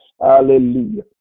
Hallelujah